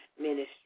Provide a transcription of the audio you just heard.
ministry